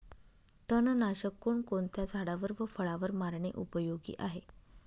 तणनाशक कोणकोणत्या झाडावर व फळावर मारणे उपयोगी आहे?